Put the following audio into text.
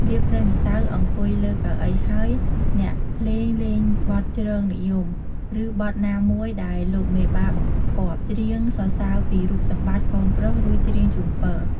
លាបប្រេងម្សៅអង្គុយលើកៅអីហើយ អ្នកភ្លេងលេង បទជ្រងនិយម ឬបទណាមួយដែលលោកមេបាបង្គាប់។ ច្រៀងសរសើរពីរូបសម្បត្តិ កូនប្រុស រួចច្រៀងជូនពរ ។